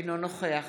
אינו נוכח